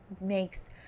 makes